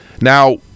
Now